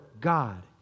God